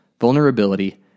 vulnerability